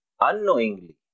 unknowingly